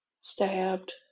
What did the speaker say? stabbed